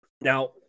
Now